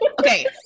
okay